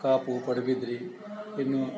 ಕಾಪು ಪಡುಬಿದ್ರಿ ಇನ್ನೂ